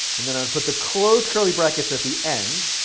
and then i'll put the closed curly brackets at the end.